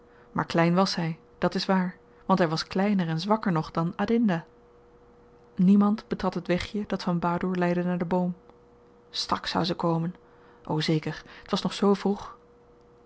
maar klein was hy dàt is waar want hy was kleiner en zwakker nog dan adinda niemand betrad het wegje dat van badoer leidde naar den boom straks zou ze komen o zeker t was nog zoo vroeg